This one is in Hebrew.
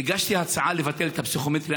הגשתי הצעה לבטל את הפסיכומטרי.